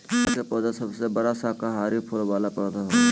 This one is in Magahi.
केला के पौधा सबसे बड़ा शाकाहारी फूल वाला पौधा होबा हइ